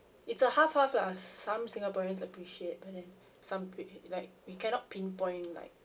it's a half half lah some singaporeans appreciate but then some pretty like we cannot pinpoint like